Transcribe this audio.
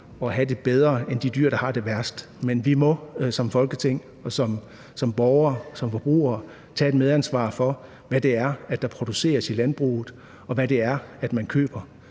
at have det bedre end de dyr, der har det værst, men vi må som Folketing og som borgere, som forbrugere tage et medansvar for, hvad det er, der produceres i landbruget, og hvad det er, man køber.